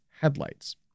headlights